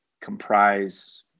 comprise